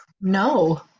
No